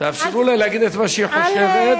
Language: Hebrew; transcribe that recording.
תאפשרו לה להגיד מה שהיא חושבת,